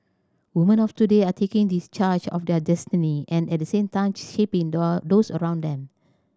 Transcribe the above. women of today are taking discharge of their destiny and at the same shaping those around them